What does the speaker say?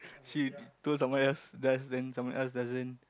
she told someone else does then someone else doesn't